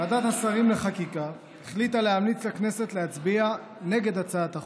ועדת השרים לחקיקה החליטה להמליץ לכנסת להצביע נגד הצעת החוק.